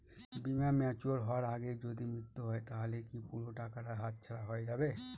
বীমা ম্যাচিওর হয়ার আগেই যদি মৃত্যু হয় তাহলে কি পুরো টাকাটা হাতছাড়া হয়ে যাবে?